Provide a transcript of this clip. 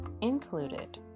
included